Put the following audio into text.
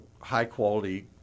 high-quality